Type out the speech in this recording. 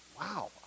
Wow